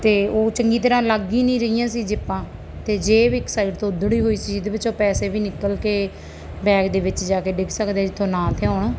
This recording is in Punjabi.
ਅਤੇ ਉਹ ਚੰਗੀ ਤਰ੍ਹਾਂ ਲੱਗ ਹੀ ਨਹੀਂ ਰਹੀਆਂ ਸੀ ਜ਼ਿੱਪਾਂ ਅਤੇ ਜੇਬ ਇੱਕ ਸਾਈਡ ਤੋਂ ਉਦੜੀ ਹੋਈ ਸੀ ਜਿਹਦੇ ਵਿੱਚੋਂ ਪੈਸੇ ਵੀ ਨਿਕਲ ਕੇ ਬੈਗ ਦੇ ਵਿੱਚ ਜਾ ਕੇ ਡਿੱਗ ਸਕਦੇ ਜਿੱਥੋਂ ਨਾ